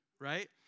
Right